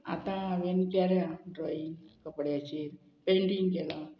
आतां हांवेन केल्या ड्रॉईंग कपड्याचेर पेंटींग केलां